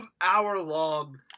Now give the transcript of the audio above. Hour-long